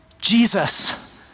Jesus